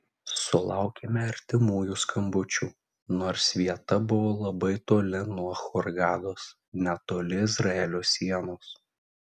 sulaukėme artimųjų skambučių nors vieta buvo labai toli nuo hurgados netoli izraelio sienos